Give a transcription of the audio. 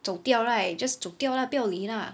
走掉 right just 走掉 lah 不要理 lah